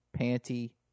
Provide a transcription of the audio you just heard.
panty